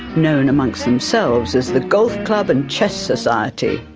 known amongst themselves as the golf club and chess society.